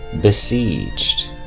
besieged